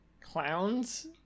Clowns